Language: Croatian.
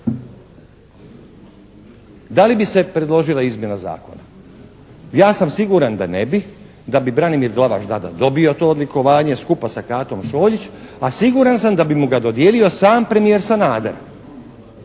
Da li bi se predložila izmjena zakona? Ja sam siguran da ne bi, da bi Branimir Glavaš tada dobio to odlikovanje skupa sa Katom Šoljić a siguran sam da bi mu ga dodijelio sam premijer Sanader,